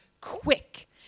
quick